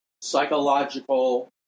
psychological